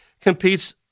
competes